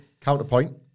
Counterpoint